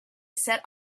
set